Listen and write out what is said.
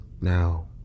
now